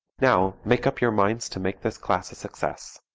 now make up your minds to make this class a success.